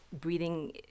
breathing